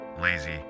Lazy